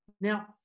Now